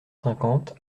cinquante